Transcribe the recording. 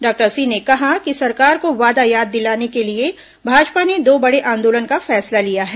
doctor Singh ने कहा कि सरकार को वादा याद दिलाने के लिए भाजपा ने दो बड़े आंदोलन का फैसला लिया है